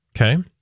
okay